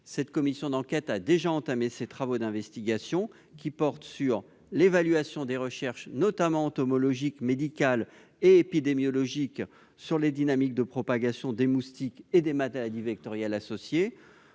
Cette commission d'enquête a entamé ses travaux d'investigation qui portent sur l'évaluation des recherches, notamment entomologiques, médicales et épidémiologiques, sur les dynamiques de propagation des moustiques et des maladies vectorielles associées,